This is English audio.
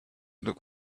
look